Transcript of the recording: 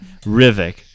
Rivik